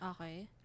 Okay